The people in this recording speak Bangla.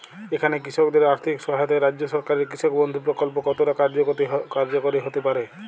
এখানে কৃষকদের আর্থিক সহায়তায় রাজ্য সরকারের কৃষক বন্ধু প্রক্ল্প কতটা কার্যকরী হতে পারে?